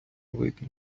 видно